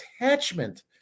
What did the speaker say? attachment